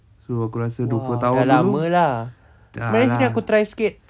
so aku rasa dua puluh tahun dulu tak lah